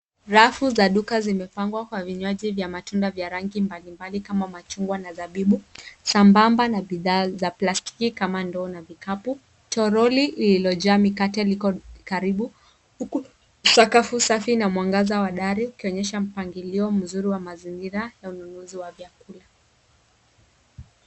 Rafu za duka zimepangwa kwa vinywa vya matunda vya rangi mbalimbali kama machungwa na zabibu sambamba na bidhaa za plastiki kama ndoo na vikapu. Toroli lililojaa mikate liko karibu huku sakafu safi na mwangaza wa dari ukionyesha mpangilio mzuri wa mazingira ya ununuzi wa vyakula.